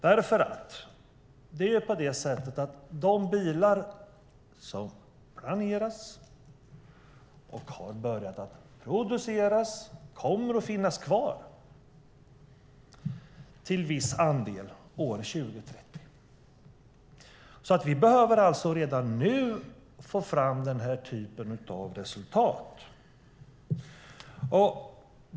Det är nämligen på det sättet att de bilar som planeras och har börjat produceras till viss andel kommer att finnas kvar år 2030. Vi behöver alltså redan nu få fram den här typen av resultat.